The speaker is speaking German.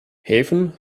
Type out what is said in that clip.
häfen